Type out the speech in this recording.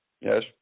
yes